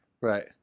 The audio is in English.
Right